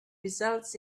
results